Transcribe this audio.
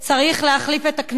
צריך להחליף את הכנסת.